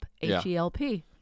H-E-L-P